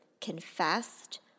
confessed